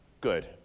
good